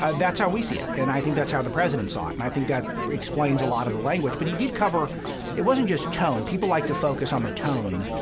that's how we see it. and i think that's how the president saw it. and i think that explains a lot of the language. but he did cover it wasn't just tone. people like to focus on the tone,